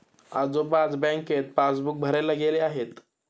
आजोबा आज बँकेत पासबुक भरायला गेले आहेत